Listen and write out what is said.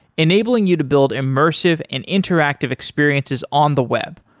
enabling you to build immersive and interactive experiences on the web,